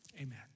Amen